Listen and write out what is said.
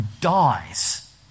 dies